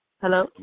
Hello